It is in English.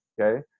okay